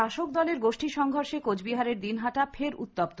শাসক দলের গোষ্ঠী সংঘর্ষে কোচবিহারের দিনহাটা ফের উত্তপ্ত